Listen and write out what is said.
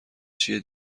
چیز